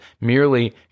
merely